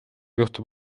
juhtub